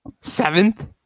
Seventh